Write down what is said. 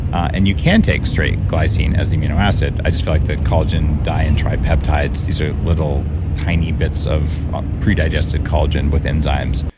and you can take straight glycine as amino acid. i just feel like the collagen dye and try peptides, these are little tiny bits of pre-digested collagen with enzymes.